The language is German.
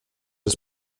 des